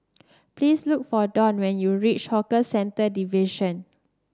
please look for Don when you reach Hawker Centre Division